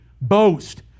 boast